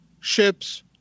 ships